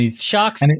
Sharks